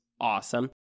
awesome